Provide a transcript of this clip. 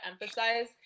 emphasize